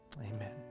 Amen